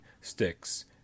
sticks